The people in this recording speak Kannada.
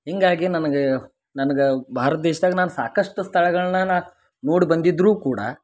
ಹಿಂಗಾಗಿ ನನ್ಗ ನನ್ಗ ಭಾರತ ದೇಶ್ದಾಗ ನಾನು ಸಾಕಷ್ಟು ಸ್ಥಳಗಳನ್ನ ನಾ ನೋಡಿ ಬಂದಿದ್ದರೂ ಕೂಡ